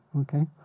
Okay